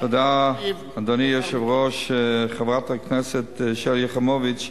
אדוני היושב-ראש, חברת הכנסת שלי יחימוביץ,